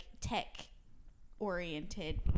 tech-oriented